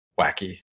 wacky